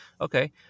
Okay